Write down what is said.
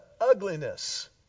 ugliness